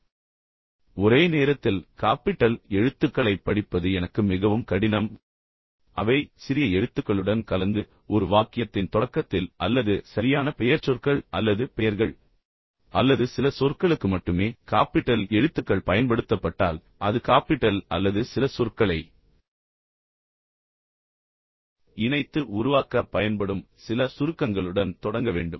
நான் படிக்கும்போது கூட நான் படிக்க முயற்சிக்கிறேன் ஒரே நேரத்தில் காப்பிட்டல் எழுத்துக்களைப் படிப்பது எனக்கு மிகவும் கடினம் ஆனால் அவை சிறிய எழுத்துக்களுடன் கலந்து ஒரு வாக்கியத்தின் தொடக்கத்தில் அல்லது சரியான பெயர்ச்சொற்கள் அல்லது பெயர்கள் அல்லது சில சொற்களுக்கு மட்டுமே காப்பிட்டல் எழுத்துக்கள் பயன்படுத்தப்பட்டால் அது காப்பிட்டல் அல்லது சில சொற்களை இணைத்து உருவாக்க பயன்படும் சில சுருக்கங்களுடன் தொடங்க வேண்டும்